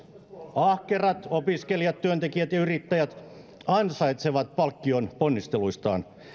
ahkerat opiskelijat työntekijät ja yrittäjät ansaitsevat palkkion ponnisteluistaan